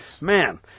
Man